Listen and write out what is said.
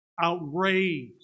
outraged